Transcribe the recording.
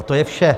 A to je vše.